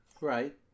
Right